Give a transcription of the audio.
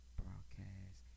broadcast